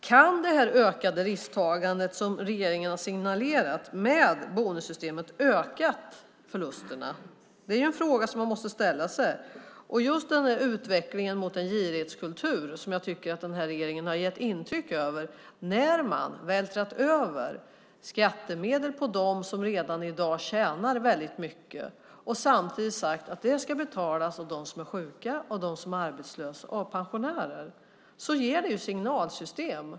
Kan det ökade risktagande som regeringen har signalerat med bonussystemet ha ökat förlusterna? Det är ju en fråga som man måste ställa sig. Just utvecklingen mot en girighetskultur tycker jag att den här regeringen har gett utrymme för när man har vältrat över skattemedel på dem som redan i dag tjänar väldigt mycket och samtidigt sagt att det ska betalas av dem som är sjuka, arbetslösa och av pensionärer. Det ger ju signaler.